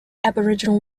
aboriginal